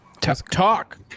Talk